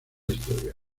historia